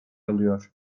alıyor